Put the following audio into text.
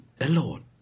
alone